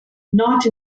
not